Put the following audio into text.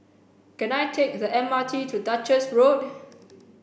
can I take the M R T to Duchess Road